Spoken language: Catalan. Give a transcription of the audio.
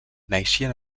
naixien